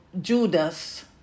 Judas